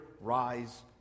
rise